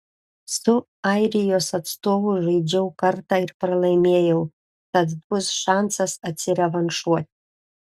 su airijos atstovu žaidžiau kartą ir pralaimėjau tad bus šansas atsirevanšuoti